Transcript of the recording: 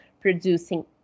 producing